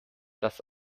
das